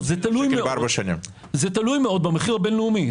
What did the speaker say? זה תלוי במחיר הבין-לאומי.